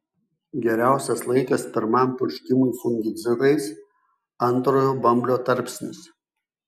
geriausias laikas pirmam purškimui fungicidais antrojo bamblio tarpsnis